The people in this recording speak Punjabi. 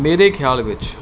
ਮੇਰੇ ਖਿਆਲ ਵਿੱਚ